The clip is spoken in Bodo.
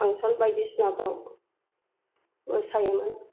फांसन बायदिसिनाफ्राव मोसायोमोन